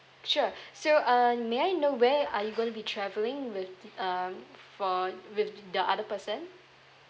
sure so uh may I know where are you going to be travelling with um for with the other person